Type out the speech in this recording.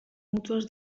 mútues